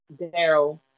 Daryl